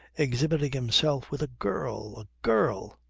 exhibiting himself with a girl! a girl!